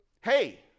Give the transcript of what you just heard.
hey